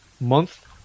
month